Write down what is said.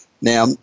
Now